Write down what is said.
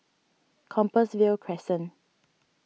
Compassvale Crescent